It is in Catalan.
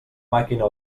màquina